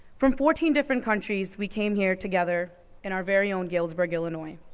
from fourteen different countries we came here together in our very own galesburg, illinois.